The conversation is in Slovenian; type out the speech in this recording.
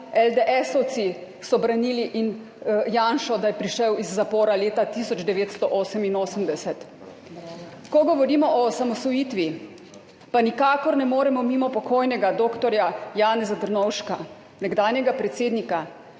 LDS so branili Janšo, da je prišel iz zapora leta 1988.Ko govorimo o osamosvojitvi, pa nikakor ne moremo mimo pokojnega dr. Janeza Drnovška, nekdanjega predsednika.